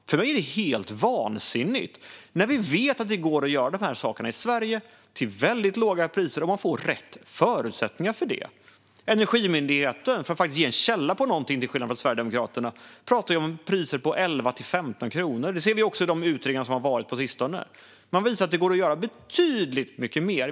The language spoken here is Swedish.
För mig är det helt vansinnigt, när vi vet att det går att göra de här sakerna i Sverige till väldigt låga priser om man får rätt förutsättningar. Energimyndigheten - för att faktiskt ange en källa på någonting, till skillnad från Sverigedemokraterna - pratar om priser på 11-15 kronor, och det har vi också sett i de utredningar som har kommit på sistone. Man visar att det går att göra betydligt mer.